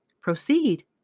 Proceed